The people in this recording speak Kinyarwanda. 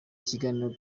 ikiganiro